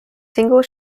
single